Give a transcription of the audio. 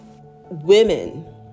women